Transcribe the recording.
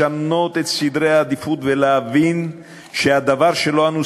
לשנות את סדרי העדיפות ולהבין שהדבר שלו אנו